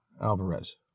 Alvarez